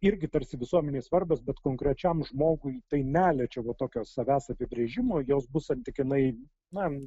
irgi tarsi visuomenei svarbios bet konkrečiam žmogui tai neliečia va tokio savęs apibrėžimo jos bus santykinai na